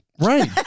right